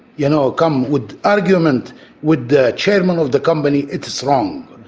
you know, come with argument with the chairman of the company it is wrong.